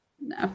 No